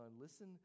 listen